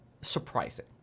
surprising